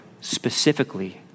specifically